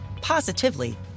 positively